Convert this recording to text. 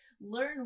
Learn